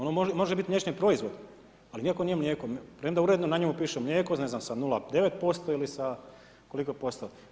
Ono može biti mliječni proizvod, ali nikako nije mlijeko premda uredno na njemu piše mlijeko sa ne znam 0,9% ili sa koliko posto.